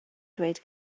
dweud